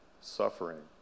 suffering